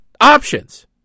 options